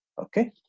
Okay